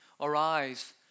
Arise